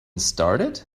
started